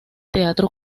teatro